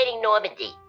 Normandy